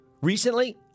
Recently